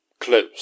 Close